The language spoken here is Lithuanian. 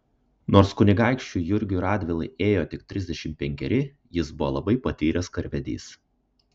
nors kunigaikščiui jurgiui radvilai ėjo tik trisdešimt penkeri jis buvo labai patyręs karvedys